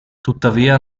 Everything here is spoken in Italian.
tuttavia